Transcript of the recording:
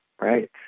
Right